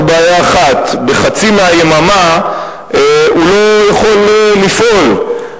בעיה אחת: בחצי מהיממה הוא לא יכול לפעול.